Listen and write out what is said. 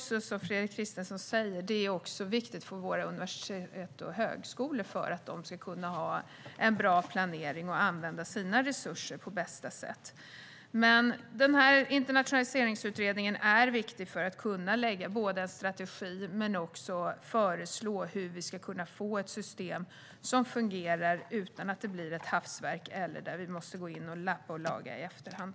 Som Fredrik Christensson säger är det också viktigt för att våra universitet och högskolor ska kunna ha en bra planering och använda sina resurser på bästa sätt. Internationaliseringsutredningen är viktig för att vi ska kunna lägga fast en strategi men också för att få ett system som fungerar utan att det blir ett hafsverk där vi måste gå in och lappa och laga i efterhand.